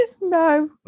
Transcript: no